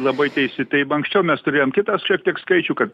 labai teisi taip anksčiau mes turėjom kitą šiek tiek skaičių kad